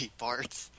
parts